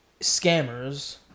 scammers